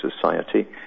society